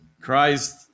Christ